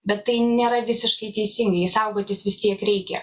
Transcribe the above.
bet tai nėra visiškai teisingai saugotis vis tiek reikia